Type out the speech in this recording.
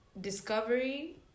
discovery